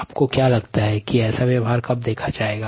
आपको क्या लगता है कि ऐसा व्यवहार कब देखा जाएगा